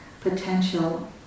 potential